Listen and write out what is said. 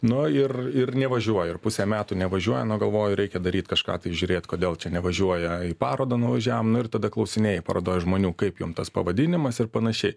nu ir ir nevažiuoja ir pusę metų nevažiuoja nu galvoju reikia daryt kažką tai žiūrėt kodėl čia nevažiuoja į parodą nuvažiavom nu ir tada klausinėji parodoj žmonių kaip jum tas pavadinimas ir panašiai